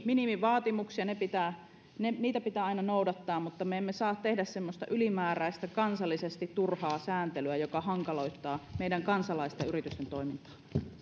minimivaatimuksia niitä pitää aina noudattaa mutta me emme saa tehdä semmoista ylimääräistä kansallisesti turhaa sääntelyä joka hankaloittaa meidän kansalaisten ja yritysten toimintaa